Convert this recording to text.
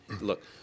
Look